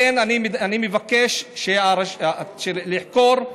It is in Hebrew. לכן, אני מבקש לחקור,